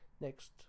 next